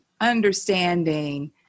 understanding